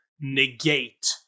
negate